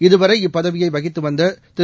இதுவரை இப்பதவியை வகித்து வந்த திரு